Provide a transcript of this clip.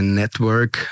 network